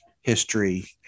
history